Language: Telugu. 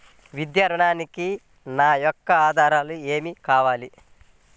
విద్యా ఋణంకి నా యొక్క ఆధారాలు ఏమి కావాలి?